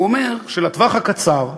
הוא אומר שלטווח הקצר,